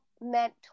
meant